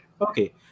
Okay